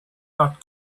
not